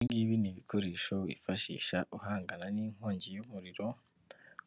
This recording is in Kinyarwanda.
Ibi ngibi ni ibikoresho wifashija uhangana n'inkongi y'umuriro